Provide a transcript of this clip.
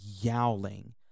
yowling